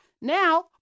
now